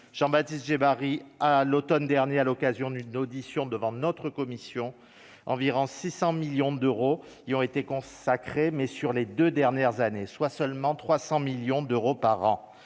Jean-Baptiste Djebbari à l'Automne dernier à l'occasion d'une audition devant notre commission, environ 600 millions d'euros, il y aurait été consacrés mais sur les 2 dernières années soient seulement 300 millions d'euros par an,